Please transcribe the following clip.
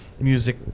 music